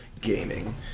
gaming